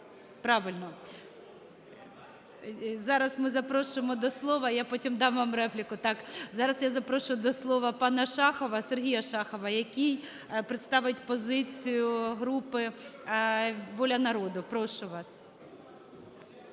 Правильно. Зараз ми запрошуємо до слова, я потім дам вам репліку, так. Зараз я запрошую до слова пана Шахова, Сергія Шахова, який представить позицію групи "Воля народу". Прошу вас.